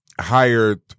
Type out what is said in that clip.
hired